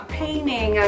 painting